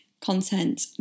Content